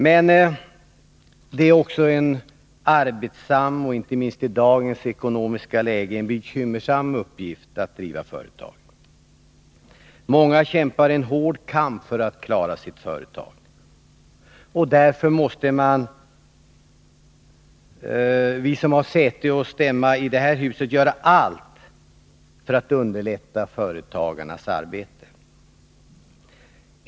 Men det är också en arbetsam och inte minst i dagens ekonomiska läge bekymmersam uppgift att driva företag. Många kämpar en hård kamp för att klara sitt företag. Därför måste vi som har säte och stämma i det här huset göra allt för att underlätta företagarnas arbete.